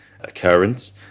occurrence